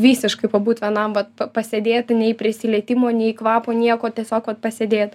visiškai pabūt vienam vat pa pasėdėti nei prisilietimo nei kvapo nieko tiesiog vat pasėdėt